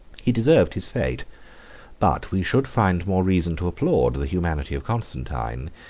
he deserved his fate but we should find more reason to applaud the humanity of constantine,